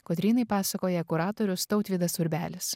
kotrynai pasakoja kuratorius tautvydas urbelis